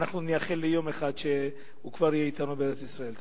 ואנחנו נייחל ליום שהוא כבר יהיה אתנו בארץ-ישראל.